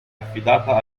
affidata